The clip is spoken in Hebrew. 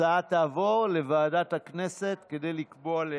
כל הכבוד,